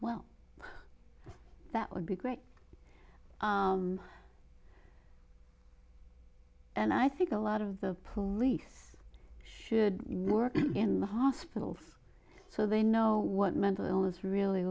well that would be great and i think a lot of the police should work in the hospitals so they know what mental illness really